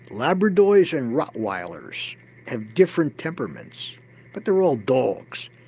labradors and rottweilers have different temperaments but they're all dogs.